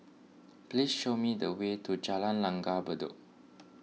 please show me the way to Jalan Langgar Bedok